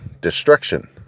destruction